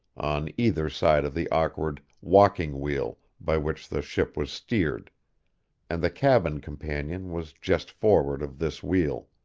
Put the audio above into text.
on either side of the awkward walking wheel by which the ship was steered and the cabin companion was just forward of this wheel.